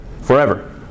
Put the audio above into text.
Forever